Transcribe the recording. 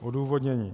Odůvodnění.